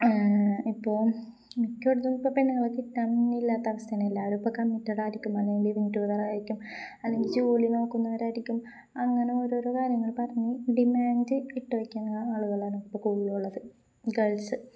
ഇപ്പോ മിക്കടത്തും ഇപ്പ പെണ്ണങ്ങളക്കെ കിട്ടാനില്ലാത്ത അവസ്ഥന്നെ എല്ലാവാരും ഇപ്പ കമ്മിറ്റഡായിയിരിക്കും അല്ലെങ്കി വിട്ട വകരായിരിക്കും അല്ലെങ്കി ജോലി നോക്കുന്നവരായിരിക്കും അങ്ങനെ ഓരോരോ കാര്യങ്ങള് പറഞ്ഞ് ഡിമാൻഡ് ഇട്ട് വെക്കുന്ന ആളുകളാണ് ഇപ്പ കൂടുതള്ളത് ഗേൾസ്